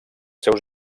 seus